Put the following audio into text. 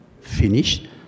finished